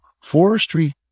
Forestry